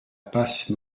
passe